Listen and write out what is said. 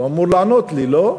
הוא אמור לענות לי, לא?